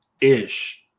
ish